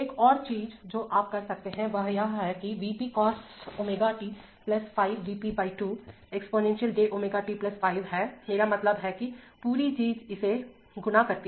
एक और चीज जो आप कर सकते हैं वह है यह V p cos ω t 5 V p by 2 exponential j ω t 5 है मेरा मतलब है कि पूरी चीज इसे गुणा करती है